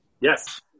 Yes